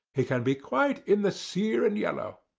he can't be quite in the sere and yellow.